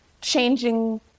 changing